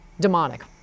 demonic